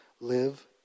Live